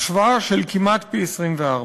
בהשוואה, כמעט פי-24.